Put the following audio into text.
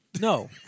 No